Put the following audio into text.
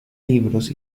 libros